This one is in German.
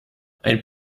ein